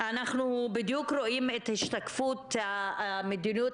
אנחנו בדיוק רואים את השתקפות המדיניות